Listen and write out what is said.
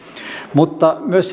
mutta myös